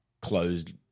closed